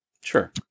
Sure